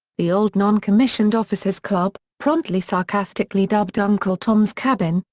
the old non-commissioned officers club, promptly sarcastically dubbed uncle tom's cabin,